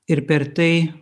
ir per tai